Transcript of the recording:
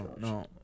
No